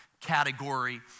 category